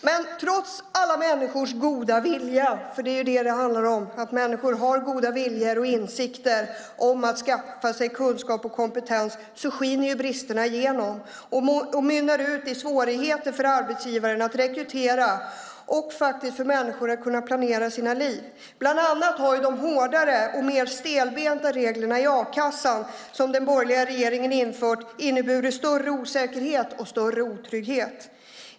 Men trots alla människors goda vilja - för det är vad det handlar om, att människor har en god vilja och insikt om att skaffa sig kunskap och kompetens - skiner bristerna igenom och mynnar ut i svårigheter för arbetsgivaren att rekrytera och faktiskt för människor att kunna planera sina liv. Bland annat har de hårdare och mer stelbenta reglerna i a-kassan, som den borgerliga regeringen infört, inneburit större osäkerhet och större otrygghet.